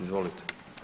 Izvolite.